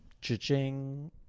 Cha-ching